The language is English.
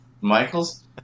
Michaels